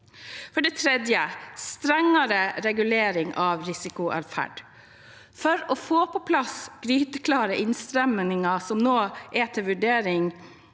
vi strengere regulering av risikoatferd. For å få på plass «gryteklare» innstramminger som nå er til vurdering,